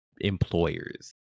employers